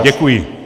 Děkuji.